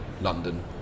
London